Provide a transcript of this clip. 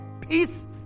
Peace